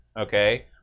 Okay